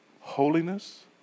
holiness